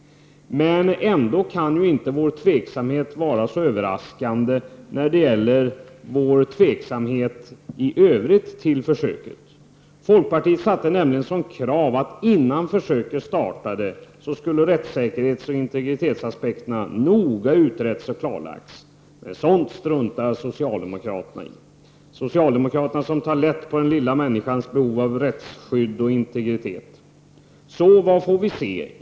Då kan ju inte vår tveksamhet vara överraskande, med tanke på vår tveksamhet i övrigt till försöket. Folkpartiet satte nämligen som krav att innan försöket startade skulle rättssäkerhetsoch in tegritetsaspekterna noga utredas och klarläggas. Det struntade socialdemokraterna i — socialdemokraterna som tar så lätt på den lilla människans behov av rättsskydd och integritet. Och vad får vi se?